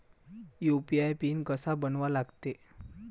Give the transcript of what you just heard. UPI pin कसा बनवा लागते?